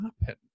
happen